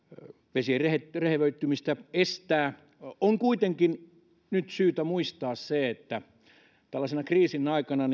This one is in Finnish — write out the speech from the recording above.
vesien rehevöittymistä estää on kuitenkin nyt syytä muistaa se että nyt tällaisena kriisin aikana